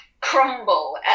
crumble